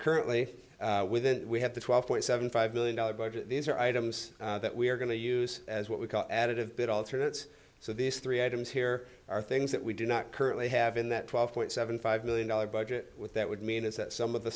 currently with we have the twelve point seven five million dollars budget these are items that we are going to use as what we call additive bit alternate so these three items here are things that we do not currently have in that twelve point seven five million dollars budget with that would mean is that some of the